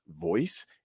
voice